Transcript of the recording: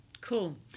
Cool